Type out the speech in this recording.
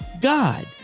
God